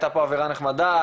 הייתה פה אווירה נחמדה,